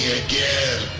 again